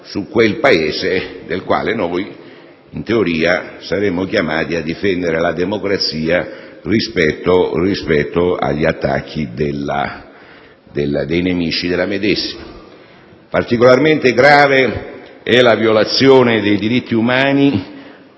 in quel Paese, del quale noi, in teoria, saremmo chiamati a difendere la democrazia rispetto agli attacchi dei nemici della medesima. Particolarmente grave è la violazione dei diritti umani